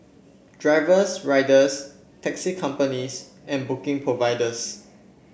drivers riders taxi companies and booking providers